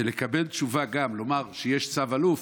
שבה נאמר שיש צו אלוף,